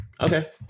Okay